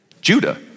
Judah